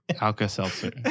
Alka-Seltzer